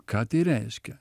ką tai reiškia